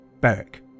Beric